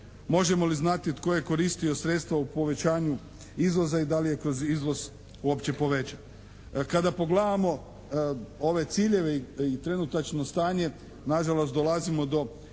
možemo li znati tko je koristio sredstva u povećanju izvoza i da li je kroz izvoz uopće povećan. Kada pogledamo ove ciljeve i trenutačno stanje nažalost dolazimo do